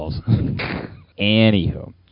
Anywho